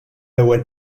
ewwel